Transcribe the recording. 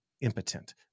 impotent